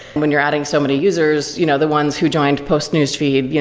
when you're adding so many users, you know the ones who joined post newsfeed, yeah